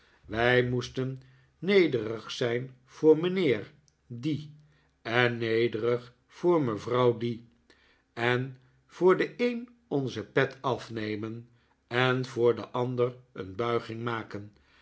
wij moesten nederig zijn voor mijnheer die en nederig voor mevrouw die en voor den een onze pet afnemen en voor den ander een buiging maken